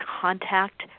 contact